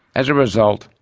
as a result,